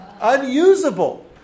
unusable